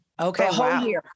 Okay